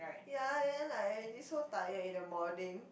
ya then like already so tired in the morning